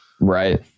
Right